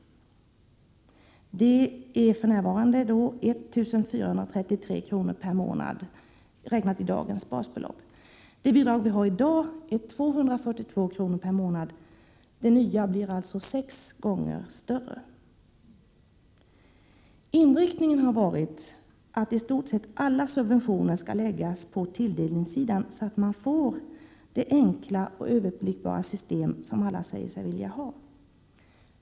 Det är för närvarande 1 433 kr. per månad med dagens basbelopp. Det bidrag vi har i dag är 242 kr. per månad. Det nya blir alltså sex gånger större. Inriktningen har varit att i stort sett alla subventioner skall läggas på tilldelningssidan så att man får det enkla och överblickbara system som alla säger sig vilja ha.